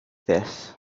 this